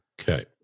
Okay